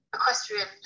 equestrian